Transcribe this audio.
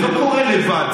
זה לא קורה לבד,